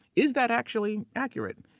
is that actually accurate?